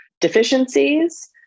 deficiencies